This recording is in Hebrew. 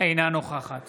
אינה נוכחת